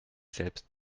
selbst